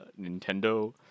Nintendo